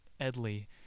Edley